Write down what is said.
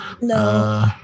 No